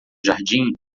jardim